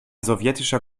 sowjetischer